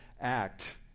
act